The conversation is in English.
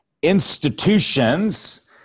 Institutions